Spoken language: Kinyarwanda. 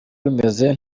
rumeze